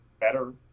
better